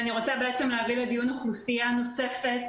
אני רוצה להביא לדיון אוכלוסייה נוספת,